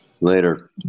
later